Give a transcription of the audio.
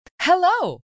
Hello